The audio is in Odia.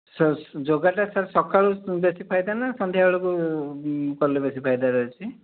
ସାର୍ ଯୋଗାଟା ସାର୍ ସକାଳୁ ବେଶୀ ଫାଇଦା ନା ସନ୍ଧ୍ୟାବେେଳକୁ କଲେ ବେଶୀ ଫାଇଦା ରହିଛି